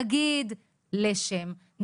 נגיד לשם,